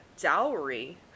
dowry